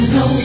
no